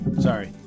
Sorry